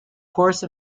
course